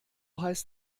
heißt